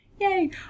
Yay